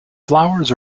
flowers